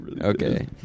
Okay